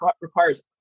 requires